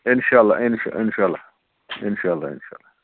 اِنشاء اللہ اِنشاء اِنشاء اللہ اِنشاء اللہ اِنشاء اللہ